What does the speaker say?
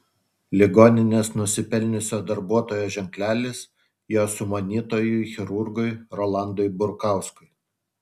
ligoninės nusipelniusio darbuotojo ženklelis jo sumanytojui chirurgui rolandui burkauskui